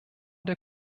der